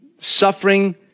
Suffering